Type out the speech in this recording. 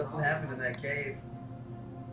happened in that cave.